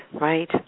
right